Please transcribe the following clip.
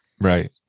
Right